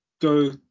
go